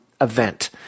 event